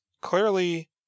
clearly